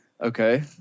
Okay